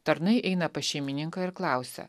tarnai eina pas šeimininką ir klausia